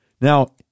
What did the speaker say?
Now